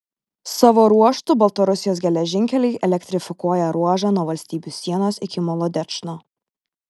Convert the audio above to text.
savo ruožtu baltarusijos geležinkeliai elektrifikuoja ruožą nuo valstybių sienos iki molodečno